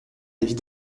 avis